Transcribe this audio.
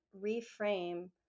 reframe